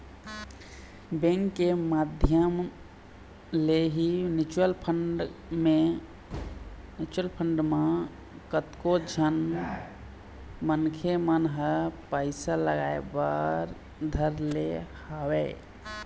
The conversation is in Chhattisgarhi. बेंक के माधियम ले ही म्यूचुवल फंड म कतको झन मनखे मन ह पइसा लगाय बर धर ले हवय